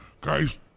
guys